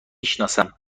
شناسم